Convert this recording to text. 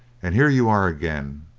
and here you are again,